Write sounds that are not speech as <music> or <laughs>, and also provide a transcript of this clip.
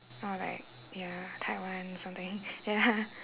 or like ya taiwan something ya <laughs>